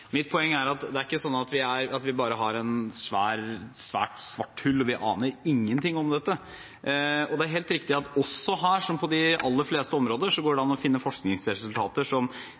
Mitt poeng er at vi ikke bare har et svært, svart hull og ikke aner noe om dette. Det er helt riktig at også her, som på de aller fleste områder, går det an å finne forskningsresultater som